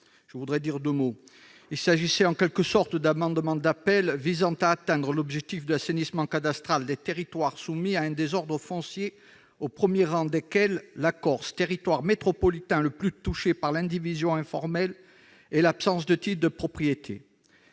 en commission. Il s'agissait en quelque sorte d'amendements d'appel visant à atteindre l'objectif de l'assainissement cadastral des territoires soumis à un désordre foncier, au premier rang desquels la Corse, territoire métropolitain le plus touché par l'indivision informelle et l'absence de titres de propriété.